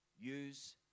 use